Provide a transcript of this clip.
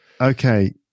Okay